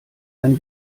dann